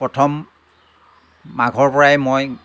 প্ৰথম মাঘৰ পৰাই মই